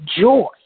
joy